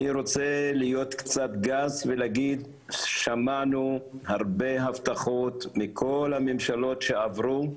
אני רוצה להיות קצת גס ולהגיד שמענו הרבה הבטחות מכל הממשלות שעברו,